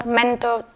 mental